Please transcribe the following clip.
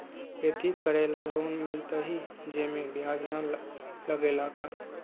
खेती करे ला लोन मिलहई जे में ब्याज न लगेला का?